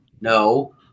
No